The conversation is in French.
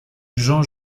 jean